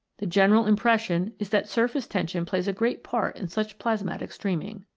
the general im pression is that surface tension plays a great part in such plasmatic streaming.